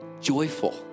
joyful